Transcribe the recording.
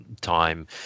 time